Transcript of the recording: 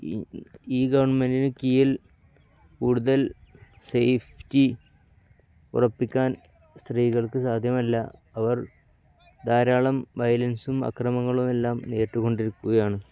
ഈ ഗവൺമെൻറിന് കീഴൽ കൂടുതൽ സേഫ്റ്റി ഉറപ്പിക്കാൻ സ്ത്രീകൾക്ക് സാധ്യമല്ല അവർ ധാരാളം വയലൻസും അക്രമങ്ങളും എല്ലാം നേരിട്ടുകൊണ്ടിരിക്കുകയാണ്